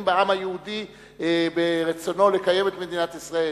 בעם היהודי ברצונו לקיים את מדינת ישראל,